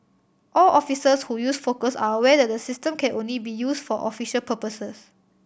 all officers who use Focus are aware that the system can only be used for official purposes